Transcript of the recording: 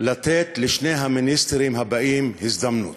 לתת לשני המיניסטרים הבאים הזדמנות,